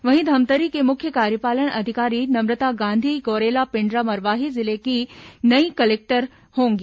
वहीं धमतरी के मुख्य कार्यपालन अधिकारी नम्रता गांधी गौरेला पेण्ड्रा मरवाही जिले की नई कलेक्टर होंगी